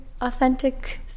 authentic